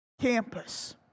campus